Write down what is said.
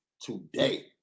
today